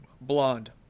blonde